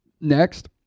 next